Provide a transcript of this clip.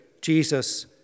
Jesus